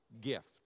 gift